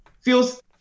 feels